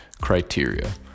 criteria